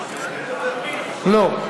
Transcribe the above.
לא.